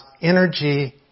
energy